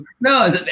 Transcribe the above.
no